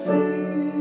See